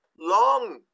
long